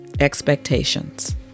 expectations